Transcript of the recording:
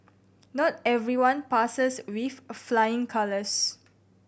not everyone passes with flying colours